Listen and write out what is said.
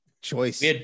Choice